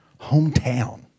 hometown